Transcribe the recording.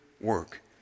work